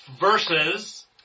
Versus